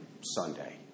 Sunday